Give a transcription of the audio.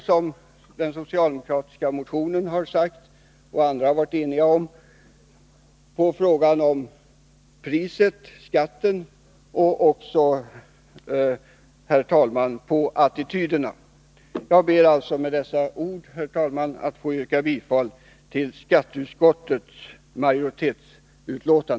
Som den socialdemokratiska motionen har sagt och andra har varit eniga om, får vi gå via priset och skatten, och via attityderna. Herr talman! Jag ber att med dessa ord få yrka bifall till skatteutskottets majoritetshemställan.